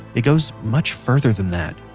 it goes much further than that.